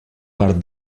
part